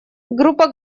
группа